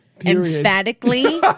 Emphatically